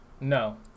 No